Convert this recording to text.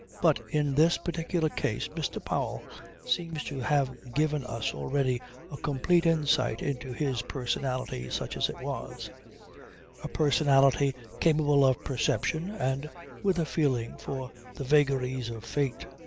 but in this particular case mr. powell seemed to have given us already a complete insight into his personality such as it was a personality capable of perception and with a feeling for the vagaries of fate,